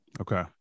Okay